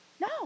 No